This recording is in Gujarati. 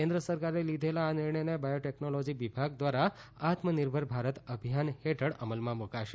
કેન્દ્ર સરકારે લીધેલા આ નિર્ણયને બાયોટેકનોલોજી વિભાગ દ્વારા આત્મનિર્ભર ભારત અભિયાન હેઠળ અમલમાં મૂકાશે